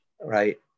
right